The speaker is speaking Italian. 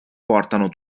portano